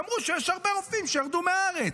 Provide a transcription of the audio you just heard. שאמרו שיש הרבה רופאים שירדו מהארץ.